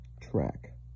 track